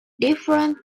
different